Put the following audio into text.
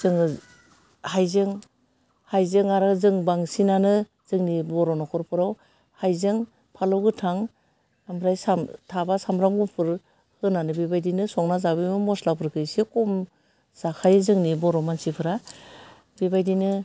जोङो हाइजें हाइजें आरो जों बांसिनानो जोंनि बर' न'खरफोराव हाइजें बानलौ गोथां ओमफ्राय थाबा सामब्राम गुफुर होनानै बेबायदिनो संना जाग्रोनायाव मस्लाफोरखो एसे खम जाखायो जोंनि बर' मानसिफोरा बेबायदिनो